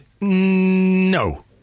no